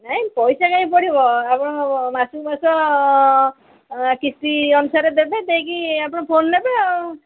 ନାଇଁ ପଇସା କାହିଁ ପଡ଼ିବ ଆପଣ ମାସକୁ ମାସ କିସ୍ତି ଅନୁସାରେ ଦେବେ ଦେଇକି ଆପଣ ଫୋନ୍ ନେବେ ଆଉ